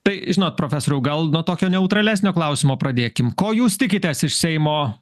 tai žinot profesoriau gal nuo tokio neutralesnio klausimo pradėkim ko jūs tikitės iš seimo